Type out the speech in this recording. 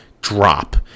drop